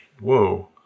whoa